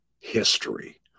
history